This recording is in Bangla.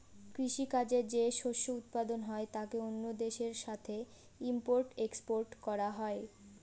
কৃষি কাজে যে শস্য উৎপাদন হয় তাকে অন্য দেশের সাথে ইম্পোর্ট এক্সপোর্ট করা হয়